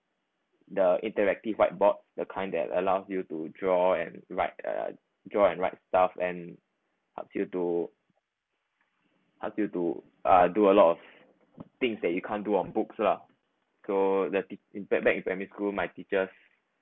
the interactive whiteboard the kind that allows you to draw and write uh draw and write stuff and ask you to ask you to uh do a lot of things that you can't do on books lah so the pe~ impact back in primary school my teachers